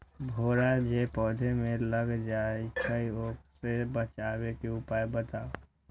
भेरा जे पौधा में लग जाइछई ओ से बचाबे के उपाय बताऊँ?